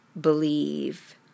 believe